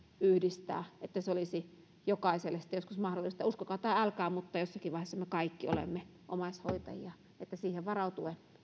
yhdistää että se olisi jokaiselle sitten joskus mahdollista uskokaa tai älkää mutta jossakin vaiheessa me kaikki olemme omaishoitajia eli tehdään päätöksiä siihen varautuen